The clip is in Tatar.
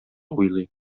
уйлый